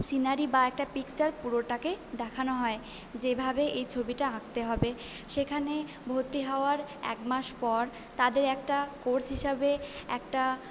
scenery বা একটা picture পুরোটাকেই দেখানো হয় যেভাবে এই ছবিটা আঁকতে হবে সেখানে ভর্তি হওয়ার এক মাস পর তাদের একটা কোর্স হিসাবে একটা